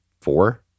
four